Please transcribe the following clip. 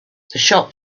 shop